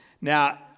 Now